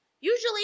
Usually